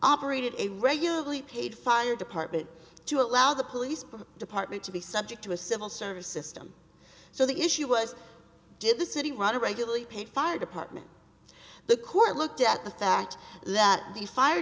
operated a regularly paid fire department to allow the police department to be subject to a civil service system so the issue was did the city rather regularly pay fire department the court looked at the fact that the fire